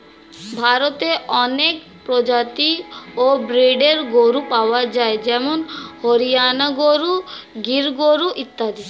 ভারতে অনেক প্রজাতি ও ব্রীডের গরু পাওয়া যায় যেমন হরিয়ানা গরু, গির গরু ইত্যাদি